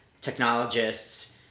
technologists